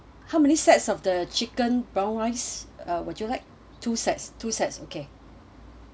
how many sets of the chicken brown rice or would you like two sets to sets okay